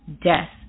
death